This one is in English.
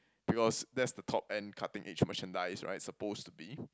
because that's the top end cutting edge merchandise right suppose to be